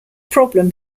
problem